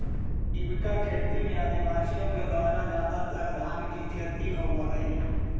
जीविका खेती में आदिवासियों के द्वारा ज्यादातर धान की खेती होव हई